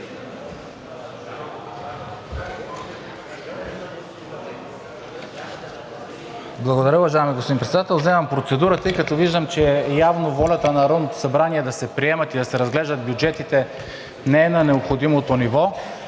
Благодаря, уважаеми господин Председател. Вземам процедура, тъй като виждам, че явно волята на Народното събрание да се приемат и да се разглеждат бюджетите не е на необходимото ниво.